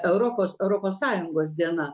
europos europos sąjungos diena